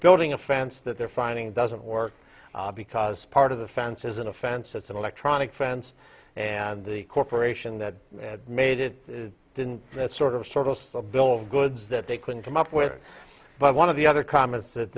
building a fence that they're finding doesn't work because part of the fence is an offense it's an electronic fence and the corporation that made it didn't that sort of sort of a bill of goods that they couldn't come up with but one of the other comments that